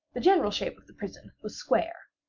the general shape of the prison was square.